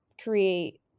create